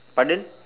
pardon